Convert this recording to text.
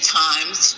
times